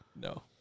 No